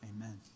Amen